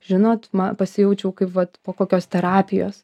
žinot ma pasijaučiau kaip vat po kokios terapijos